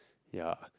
ya